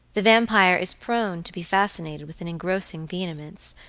the vampire is prone to be fascinated with an engrossing vehemence,